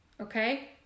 okay